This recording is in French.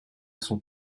son